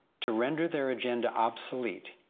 to render their agenda obsolete,